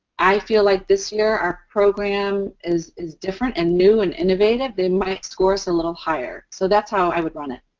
i feel like this year, our program is, is different and new and innovative. they might score us a little higher. so, that's how i would run it.